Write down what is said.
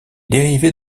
dérivés